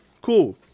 Cool